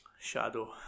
Shadow